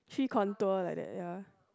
tree contour like that ya